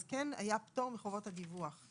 אז כן היה פטור מחובת הדיווח.